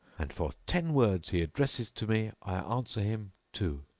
and for ten words he addresses to me i answer him two.